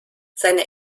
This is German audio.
seine